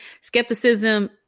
skepticism